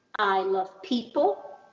i love people.